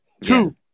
Two